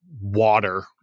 water